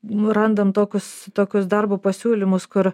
nu randam tokius tokius darbo pasiūlymus kur